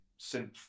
synth